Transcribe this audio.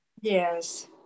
Yes